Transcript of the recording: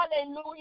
Hallelujah